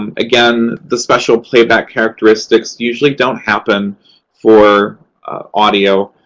and again, the special playback characteristics usually don't happen for audio,